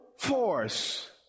Force